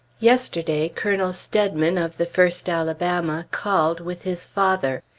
yesterday colonel steadman, of the first alabama, called with his father.